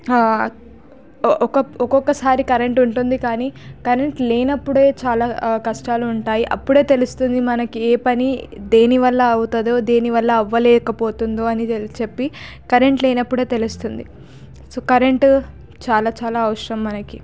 ఒకొక్కసారి ఒకొక్కసారి కరెంటు ఉంటుంది కానీ కరెంటు లేనప్పుడే చాలా కష్టాలు ఉంటాయి అపుడే తెలుస్తది మనకి ఏ పని దేని వల్ల అవుతుందో దేని వల్ల అవ్వలేకపోతుంది అని చెప్పి కరెంటు లేనప్పుడే తెలుస్తుంది సో కరెంటు చాలా చాలా అవసరం మనకి